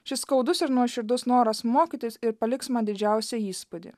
šis skaudus ir nuoširdus noras mokytis ir paliks man didžiausią įspūdį